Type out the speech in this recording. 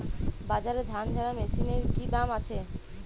বাজারে ধান ঝারা মেশিনের কি দাম আছে?